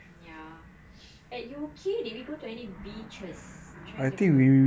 ya at U_K did we go to any beaches trying to remember